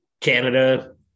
Canada